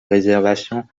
réservation